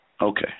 Okay